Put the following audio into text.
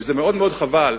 וזה מאוד מאוד חבל,